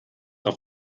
auf